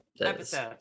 Episode